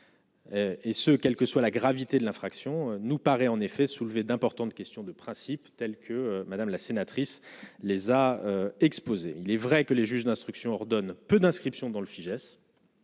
Et ce, quelle que soit la gravité de l'infraction, nous paraît en effet soulevé d'importantes questions de principes tels que madame la sénatrice les a exposés, il est vrai que les juges d'instruction ordonne peu d'inscriptions dans le Fijais.